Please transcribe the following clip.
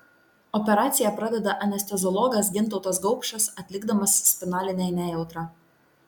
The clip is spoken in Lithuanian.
operaciją pradeda anesteziologas gintautas gaupšas atlikdamas spinalinę nejautrą